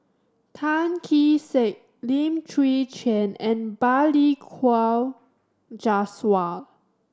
Tan Kee Sek Lim Chwee Chian and Balli Kaur Jaswal